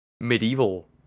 medieval